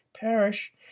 parish